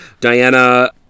Diana